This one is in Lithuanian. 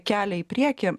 kelią į priekį